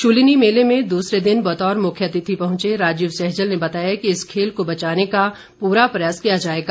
शूलिनी मेले में दूसरे दिन बतौर मुख्य अतिथि पहुंचे राजीव सैजल ने बताया कि इस खेल को बचाने का पूरा प्रयास किया जाएगा